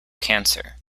cancer